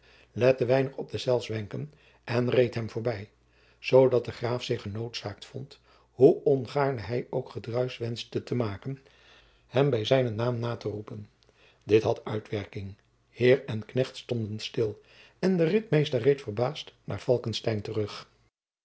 weinig op deszelfs wenken en reed hem voorbij zoodat de graaf zich genoodzaakt vond hoe ongaarne hij ook gedruis wenschte te maken hem bij zijnen naam nateroepen dit had uitwerking heer en knecht stonden stil en de ritmeester reed verbaasd naar falckestein terug